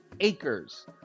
acres